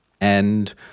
and-